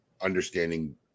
understanding